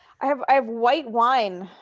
i have i have white wine.